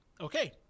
okay